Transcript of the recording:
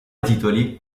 titoli